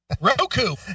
Roku